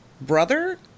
brother